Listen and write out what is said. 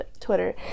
Twitter